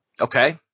Okay